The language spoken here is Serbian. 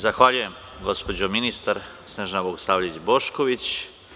Zahvaljujem, gospođo ministar Snežana Bogosavljević Bošković.